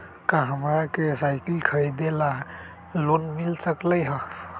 का हमरा के साईकिल खरीदे ला लोन मिल सकलई ह?